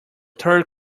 third